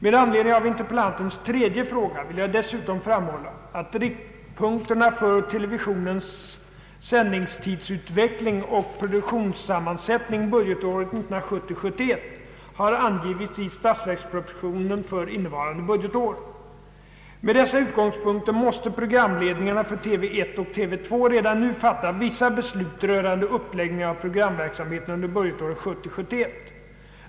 Med anledning av interpellantens tredje fråga vill jag dessutom framhålla, att riktpunkterna för televisionens sändningstidsutveckling och produktionssammansättning budgetåret 1970 71.